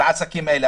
לעסקים האלה.